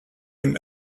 him